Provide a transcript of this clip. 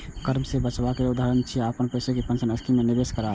कर सं बचावक उदाहरण छियै, अपन पैसा कें पेंशन स्कीम मे निवेश करनाय